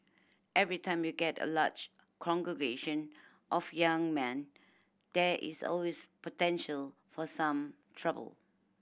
every time you get a large congregation of young men there is always potential for some trouble